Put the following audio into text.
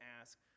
ask